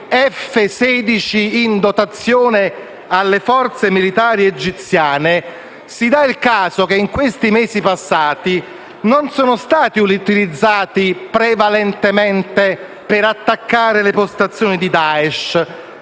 F-16 in dotazione alle forze militari egiziane si dà il caso che nei mesi passati non siano stati utilizzati prevalentemente per attaccare le postazioni di Daesh